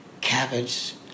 cabbage